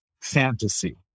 fantasy